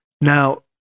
Now